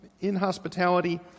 inhospitality